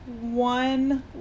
one